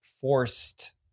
forced